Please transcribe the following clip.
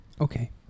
Okay